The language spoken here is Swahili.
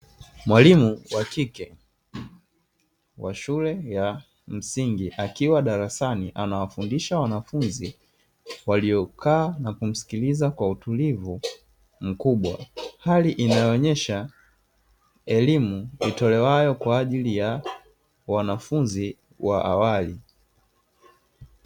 Mwalimu wa kike wa shule ya msingi, akiwa darasani anawafundisha wanafunzi waliokaa na kumsikiliza kwa utulivu mkubwa, hali inayoonyesha elimu itolewayo kwa ajili ya wanafunzi wa awali.